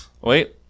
Wait